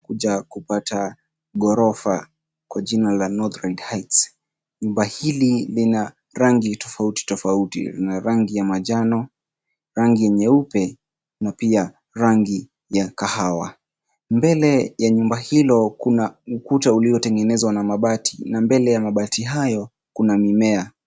Kuja kupata gorofa kwa jina la North Rit Heights. Nyumba hili lina rangi tofautitofauti, lina rangi ya majano, rangi nyeupe na pia rangi ya kahawa, mbele ya nyumba hilo kuna ukuta uliotengenezwa na mabati, na mbele ya mabati hayo kuna mimea.